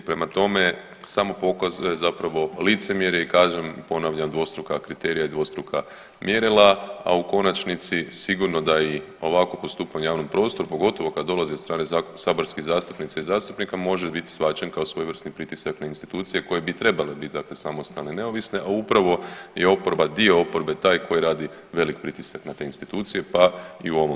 Prema tome, samo pokaz zapravo licemjerje i kažem i ponavljam dvostruka kriterija i dvostruka mjerila, a u konačnici sigurno da i ovakvo postupanje u javnom prostoru pogotovo kad dolaze od strane saborskih zastupnica i zastupnika može bit shvaćen kao svojevrsni pritisak na institucije koje bi trebale bit dakle samostalne i neovisne, a upravo je oporba, dio oporbe taj koji radi velik pritisak na te institucije, pa i u ovom domu.